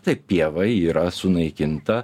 tai pieva yra sunaikinta